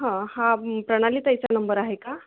हां हा प्रणालीताईचा नंबर आहे का